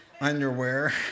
underwear